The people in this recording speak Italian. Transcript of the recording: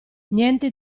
niente